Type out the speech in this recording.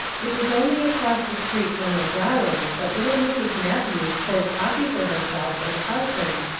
it was only across the street from the browers' that little mrs. matthews poured coffee for herself and husband,